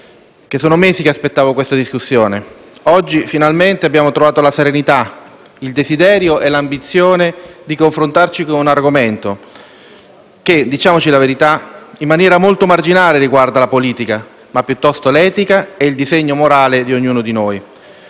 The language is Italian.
sono mesi che stavo aspettando questa discussione. Oggi finalmente abbiamo trovato la serenità, il desiderio e l'ambizione di confrontarci con un argomento che, diciamoci la verità, in maniera molto marginale riguarda la politica, ma piuttosto l'etica e il disegno morale di ognuno di noi.